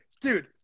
Dude